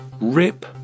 rip